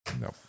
No